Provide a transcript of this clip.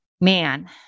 man